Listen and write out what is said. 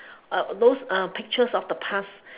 uh those uh pictures of the past